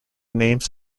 names